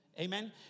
Amen